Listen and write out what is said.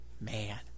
Man